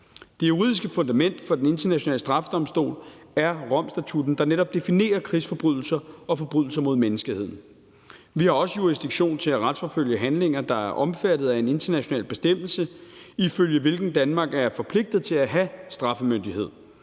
Det juridiske fundament for Den Internationale Straffedomstol er Romstatutten, der netop definerer krigsforbrydelser og forbrydelser mod menneskeheden. Vi har også jurisdiktion til at retsforfølge handlinger, der er omfattet af en international bestemmelse, ifølge hvilken Danmark er forpligtet til at have straffemyndighed.